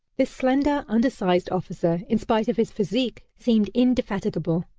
this slender, undersized officer, in spite of his physique, seemed indefatigable.